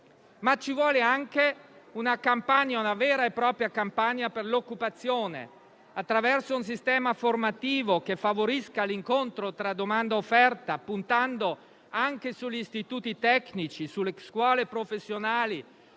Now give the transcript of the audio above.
Ma ci vuole anche una vera e propria campagna per l'occupazione, attraverso un sistema formativo che favorisca l'incontro tra domanda e offerta, puntando anche sugli istituti tecnici, sulle scuole professionali,